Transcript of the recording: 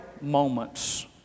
moments